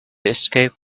escape